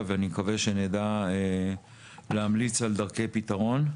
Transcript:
ומקווה שנצליח להמליץ על דרכי פתרון.